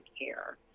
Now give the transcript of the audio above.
care